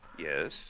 Yes